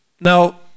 Now